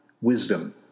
wisdom